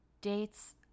dates